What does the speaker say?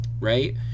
Right